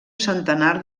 centenar